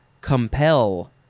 compel